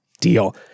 deal